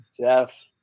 Jeff